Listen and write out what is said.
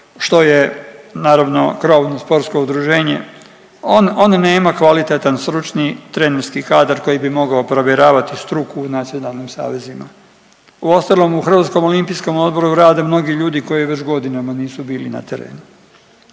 što je naravno krovno sportsko udruženje on nema kvalitetan stručni trenerski kadar koji bi mogao provjeravati struku u nacionalnim savezima. Uostalom u Hrvatskom olimpijskom odboru rade mnogi ljudi koji već godinama nisu bili na terenu.